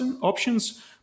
options